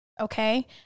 okay